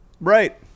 right